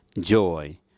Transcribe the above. Joy